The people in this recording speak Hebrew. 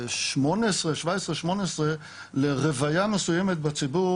ב-2017-2018 לרוויה מסוימת בציבור,